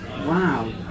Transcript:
wow